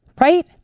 right